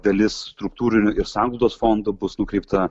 dalis struktūrinių ir sanglaudos fondų bus nukreipta